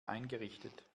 eingerichtet